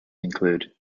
include